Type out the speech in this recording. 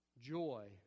joy